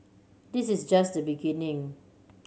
this is just the beginning